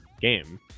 game